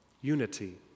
unity